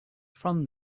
from